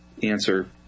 answer